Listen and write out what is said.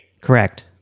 Correct